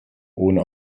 ohne